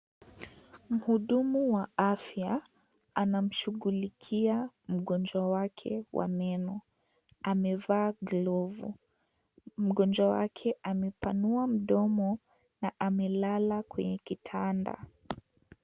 Mhudumubwa afya anamshugulikia mgonjwa wake wa meno, amevaa glavu, mgonjwa wake amepanua mdomo na amelala kwenye kitanda.